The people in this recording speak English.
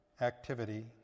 activity